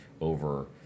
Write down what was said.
over